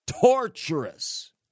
torturous